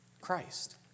Christ